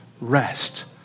rest